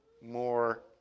more